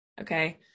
okay